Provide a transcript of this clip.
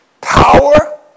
power